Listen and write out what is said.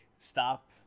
Stop